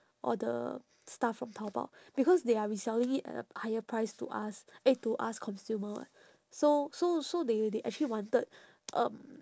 all the stuff from taobao because they are reselling it at a higher price to us eh to us consumer [what] so so so they they actually wanted um